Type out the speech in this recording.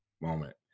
moment